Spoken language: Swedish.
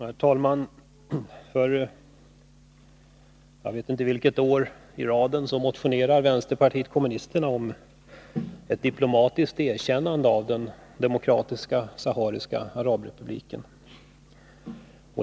Herr talman! För jag vet inte vilket år i raden motionerar vänsterpartiet kommunisterna om ett diplomatiskt erkännande av Demokratiska sahariska arabrepubliken.